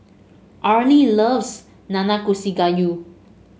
Arley loves Nanakusa Gayu